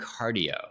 cardio